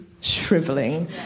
shriveling